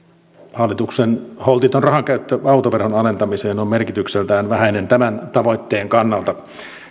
hallituksen holtiton rahankäyttö autoveron alentamiseen on merkitykseltään vähäinen tämän tavoitteen kannalta